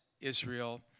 Israel